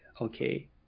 okay